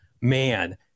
man